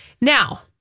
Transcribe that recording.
Now